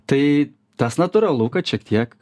tai tas natūralu kad šiek tiek